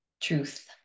truth